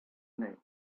knee